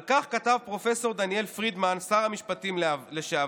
על כך כתב פרופ' דניאל פרידמן, שר המשפטים לשעבר: